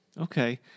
Okay